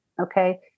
Okay